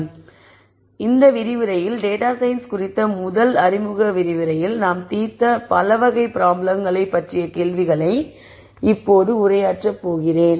எனவே இந்த விரிவுரையில் டேட்டா சயின்ஸ் குறித்த முதல் அறிமுக விரிவுரையில் நாம் தீர்த்த பலவகை ப்ராப்ளம்களை பற்றிய கேள்விகளை இப்போது உரையாற்ற போகிறேன்